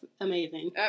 amazing